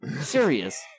Serious